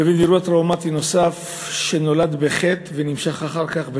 לבין אירוע טראומטי נוסף שנולד בחטא ונמשך אחר כך בפשע,